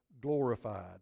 glorified